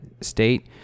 state